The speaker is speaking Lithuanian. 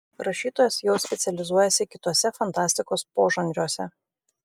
rašytojas jau specializuojasi kituose fantastikos požanriuose